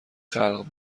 خلق